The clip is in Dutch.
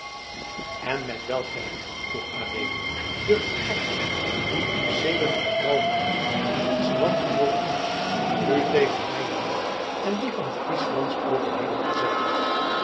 en met welk recht vroeg adeelen durft gij die u sedert een blauwmaandag onzen landgenoot noemt u tegen mijn wil en dien van frieslands overheden verzetten